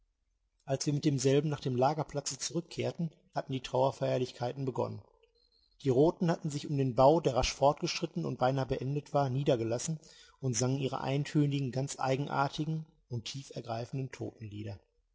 als wir mit demselben nach dem lagerplatze zurückkehrten hatten die trauerfeierlichkeiten begonnen die roten hatten sich um den bau der rasch fortgeschritten und beinahe beendet war niedergelassen und sangen ihre eintönigen ganz eigenartigen und tief ergreifenden